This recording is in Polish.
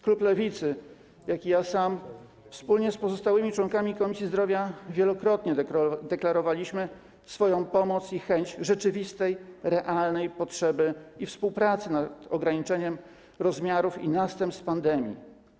Klub Lewicy, jak i ja sam, wspólnie z pozostałymi członkami Komisji Zdrowia wielokrotnie deklarowaliśmy swoją pomoc i chęć, potrzebę rzeczywistej, realnej współpracy nad ograniczeniem rozmiarów i następstw pandemii.